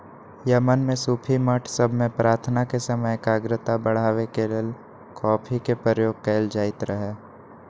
Yemen में सूफी मठ सभ में प्रार्थना के समय एकाग्रता बढ़ाबे के लेल कॉफी के प्रयोग कएल जाइत रहै